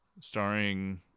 starring